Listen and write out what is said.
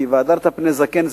כי והדרת פני זקן,